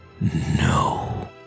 no